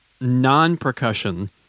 non-percussion